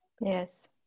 yes